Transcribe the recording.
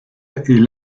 est